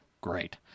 Great